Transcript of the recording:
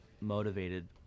motivated